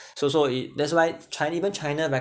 so so ik~ that's why china even china right